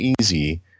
easy